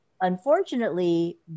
unfortunately